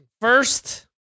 first